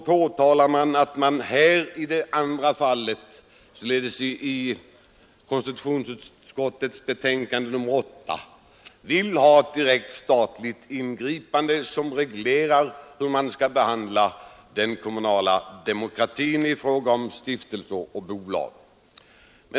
I den fråga som behandlas i konstitutionsutskottets betänkande nr 8 vill man ha ett direkt statligt ingripande som reglerar den kommunala demokratin i fråga om stiftelser och bolag.